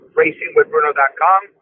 racingwithbruno.com